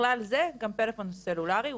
בכלל זה גם טלפון סלולרי,